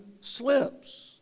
slips